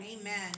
Amen